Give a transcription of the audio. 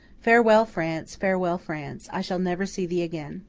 farewell, france! farewell, france! i shall never see thee again